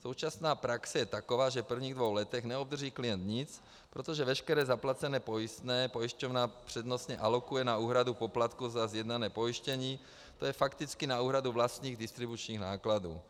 Současná praxe je taková, že v prvních dvou letech neobdrží klient nic, protože veškeré zaplacené pojistné pojišťovna přednostně alokuje na úhradu poplatků za sjednané pojištění, to je fakticky na úhradu vlastních distribučních nákladů.